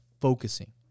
focusing